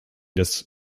des